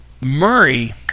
Murray